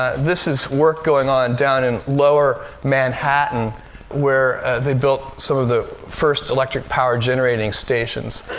this is work going on down in lower manhattan where they built some of the first electric power generating stations.